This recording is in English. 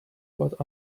but